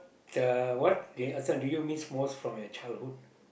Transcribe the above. the what uh this one do you miss most from your childhood